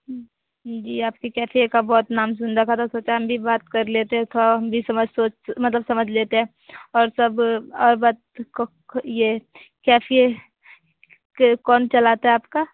जी आपके कैफै का बहुत नाम सुन रखा था सोचा हम अभी बात कर लेते हैं तो हम भी समझ सोच मतलब समझ लेते और सब और बात को यह कैफे कौन चलाता है आपका